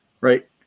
right